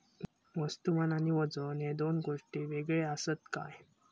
वस्तुमान आणि वजन हे दोन गोष्टी वेगळे आसत काय?